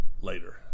later